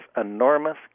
enormous